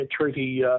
treaty